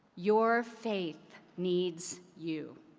your faith needs you.